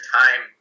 time